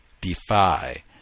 defy